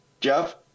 Jeff